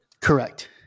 Correct